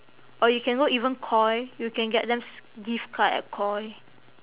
or you can go even koi you can get them s~ gift card at koi